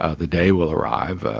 ah the day will arrive,